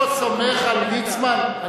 גם החמור, אתה לא סומך על ליצמן?